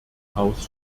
haus